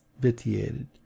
vitiated